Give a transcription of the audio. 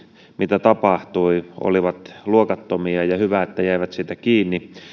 mitä tapahtui olivat luokattomia ja hyvä että jäivät siitä kiinni